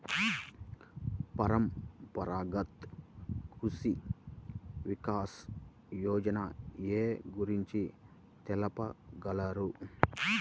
పరంపరాగత్ కృషి వికాస్ యోజన ఏ గురించి తెలుపగలరు?